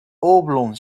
oblong